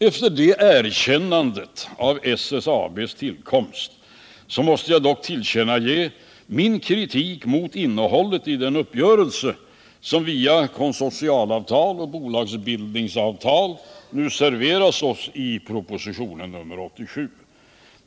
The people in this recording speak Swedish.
Efter det erkännandet när det gäller SSAB:s tillkomst måste jag dock tillkännage min kritik mot innehållet i den uppgörelse som via konsortialavtal och bolagsbildningsavtal nu serveras oss i propositionen 87.